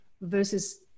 versus